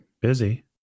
busy